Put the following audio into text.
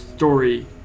Story